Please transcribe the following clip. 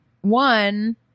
one